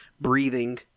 breathing